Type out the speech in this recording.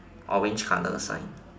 orange colour sign